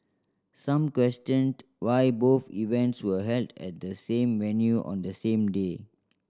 some questioned why both events were held at the same venue on the same day